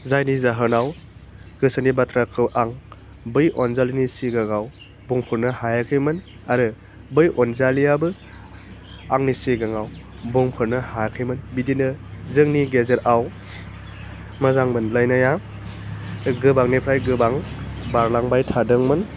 जायनि जाहोनाव गोसोनि बाथ्राखौ आं बै अन्जालिनि सिगाङाव बुंफोरनो हायाखैमोन आरो बै अन्जालियाबो आंनि सिगाङाव बुंफोरनो हायाखैमोन बिदिनो जोंनि गेजेराव मोजां मोलायनाया गोबांनिफ्राय गोबां बांलांबाय थादोंमोन